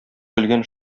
көлгән